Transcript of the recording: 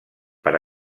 per